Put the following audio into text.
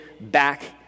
back